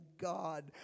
God